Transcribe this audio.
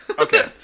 Okay